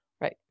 Right